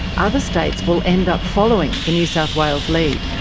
other states will end up following the new south wales lead.